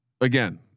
Again